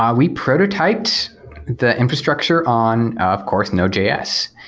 ah we prototyped the infrastructure on, of course, node js.